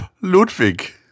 Ludwig